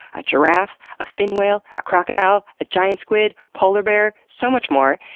a giraffe, a fin whale, a crocodile, a giant squid, polar bear, so much more.